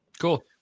Cool